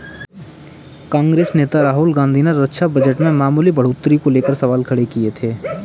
कांग्रेस नेता राहुल गांधी ने रक्षा बजट में मामूली बढ़ोतरी को लेकर सवाल खड़े किए थे